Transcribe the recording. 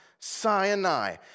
Sinai